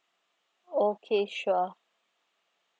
okay sure